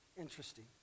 interesting